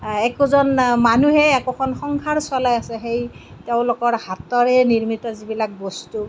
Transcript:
একোজন মানুহে একোখন সংসাৰ চলাই আছে সেই তেওঁলোকৰ হাতেৰে নিৰ্মিত যিবিলাক বস্তু